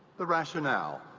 the rationale